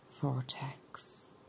vortex